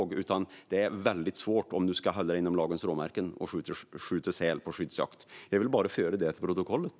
Att skjuta säl genom skyddsjakt är väldigt svårt om man ska hålla sig inom lagens råmärken. Jag ville bara få det fört till protokollet.